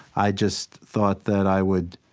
i just thought that i would